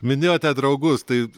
minėjote draugus tai